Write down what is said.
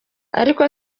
ariko